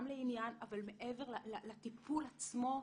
אבל מעבר לטיפול עצמו,